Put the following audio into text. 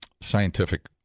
scientific